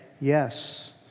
yes